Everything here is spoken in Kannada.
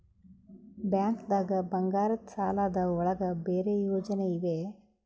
ಬ್ಯಾಂಕ್ದಾಗ ಬಂಗಾರದ್ ಸಾಲದ್ ಒಳಗ್ ಬೇರೆ ಯೋಜನೆ ಇವೆ?